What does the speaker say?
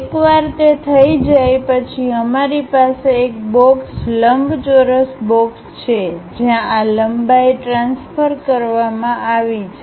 એકવાર તે થઈ જાય પછી અમારી પાસે એક બોક્સ લંબચોરસ બોક્સ છે જ્યાં આ લંબાઈ ટ્રાન્સફર કરવામાં આવી છે